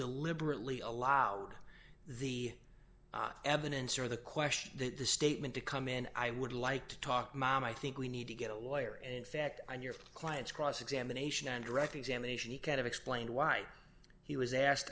deliberately allowed the evidence or the question that the statement to come in i would like to talk mom i think we need to get away or in fact on your client's cross examination and direct examination he kind of explained why he was asked